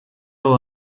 yol